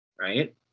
right